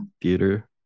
theater